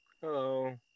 Hello